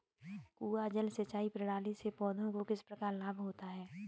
कुआँ जल सिंचाई प्रणाली से पौधों को किस प्रकार लाभ होता है?